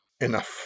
Enough